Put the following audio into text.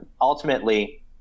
Ultimately